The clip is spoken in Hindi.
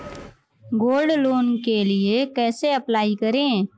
गोल्ड लोंन के लिए कैसे अप्लाई करें?